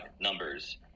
numbers